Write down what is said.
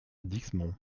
dixmont